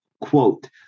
Quote